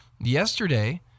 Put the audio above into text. yesterday